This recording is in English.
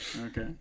Okay